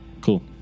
cool